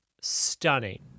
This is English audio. stunning